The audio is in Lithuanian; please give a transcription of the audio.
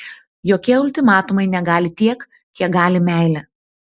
jokie ultimatumai negali tiek kiek gali meilė